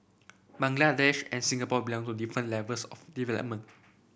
Bangladesh and Singapore belong to different levels of development